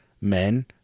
men